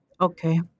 Okay